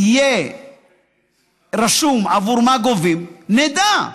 יהיה רשום עבור מה גובים, שנדע.